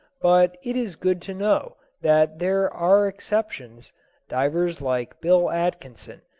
but it is good to know that there are exceptions divers like bill atkinson,